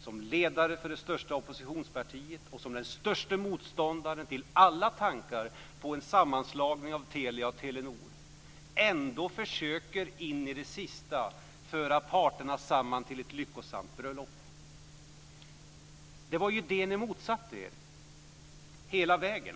som ledare för det största oppositionspartiet och som den störste motståndaren till alla tankar på en sammanslagning av Telia och Telenor, ändå försöker in i det sista föra parterna samman till ett lyckosamt bröllop. Ni har ju hela vägen motsatt er detta.